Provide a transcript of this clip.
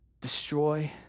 destroy